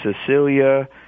Cecilia